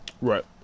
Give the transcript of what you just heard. Right